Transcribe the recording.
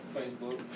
Facebook